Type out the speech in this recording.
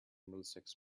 middlesex